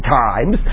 times